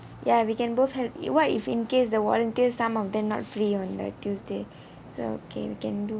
ya we can both have help what if in case the volunteers some of them not free on the tuesday so K we can do